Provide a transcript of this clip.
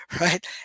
right